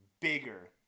bigger